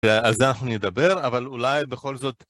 על זה אנחנו נדבר, אבל אולי בכל זאת...